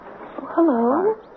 Hello